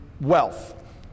wealth